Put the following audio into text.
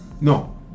No